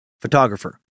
photographer